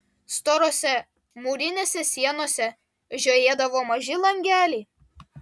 storose mūrinėse sienose žiojėdavo maži langeliai